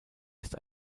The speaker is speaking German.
ist